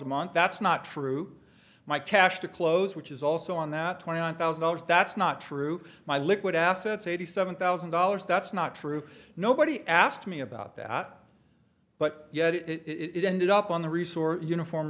a month that's not true my cash to close which is also on that twenty one thousand dollars that's not true my liquid assets eighty seven thousand dollars that's not true nobody asked me about that but yeah it ended up on the resort uniform